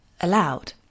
allowed